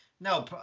No